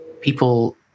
people